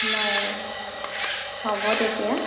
বাৰু হ'ব তেতিয়া